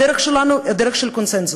הדרך שלנו היא דרך של קונסנזוס,